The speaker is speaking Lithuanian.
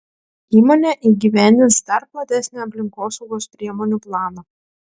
įmonė įgyvendins dar platesnį aplinkosaugos priemonių planą